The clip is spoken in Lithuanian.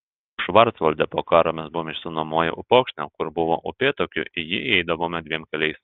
švarcvalde po karo mes buvome išsinuomoję upokšnį kur buvo upėtakių į jį eidavome dviem keliais